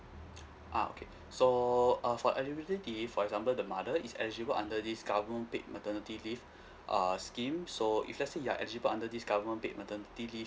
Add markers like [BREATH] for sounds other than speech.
[NOISE] ah okay [BREATH] so uh for eligibility for example the mother is eligible under this government paid maternity leave [BREATH] err scheme so if let's say you are eligible under this government paid maternity leave